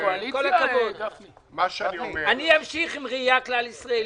אני אמשיך עם ראייה כלל-ישראלית.